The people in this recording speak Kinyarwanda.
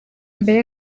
mbere